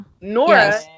Nora –